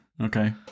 Okay